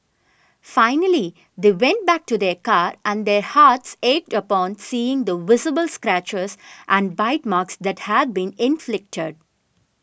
finally they went back to their car and their hearts ached upon seeing the visible scratches and bite marks that had been inflicted